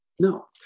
no